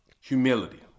humility